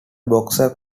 boxer